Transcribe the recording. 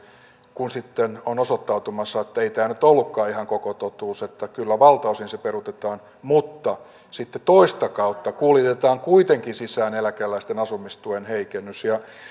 kun sitten on osoittautumassa ettei tämä nyt ollutkaan ihan koko totuus että kyllä valtaosin se peruutetaan mutta sitten toista kautta kuljetetaan kuitenkin sisään eläkeläisten asumistuen heikennys